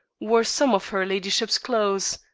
wore some of her ladyship's clothes.